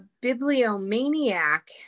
bibliomaniac